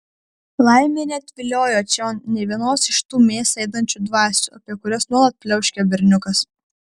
laimė neatviliojo čion nė vienos iš tų mėsą ėdančių dvasių apie kurias nuolat pliauškia berniukas